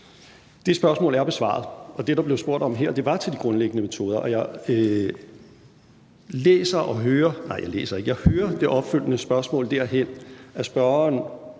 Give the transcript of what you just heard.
Det spørgsmål er besvaret. Det er der blevet spurgt om her, og det var til de grundlæggende metoder. Og jeg hører det opfølgende spørgsmål derhen, at spørgeren